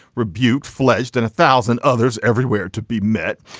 rebuked fledged and a thousand others everywhere to be met.